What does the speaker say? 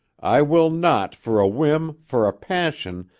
i will not for a whim, for a passion,